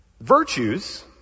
Virtues